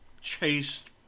chased